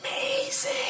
amazing